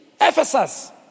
Ephesus